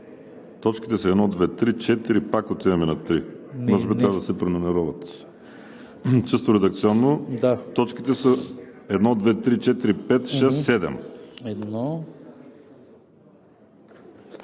Точките са: 1, 2, 3, 4. Пак отиваме на 3. Може би трябва да се преномерират. Чисто редакционно точките са 1, 2, 3, 4, 5, 6, 7